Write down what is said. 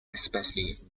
especially